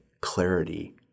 clarity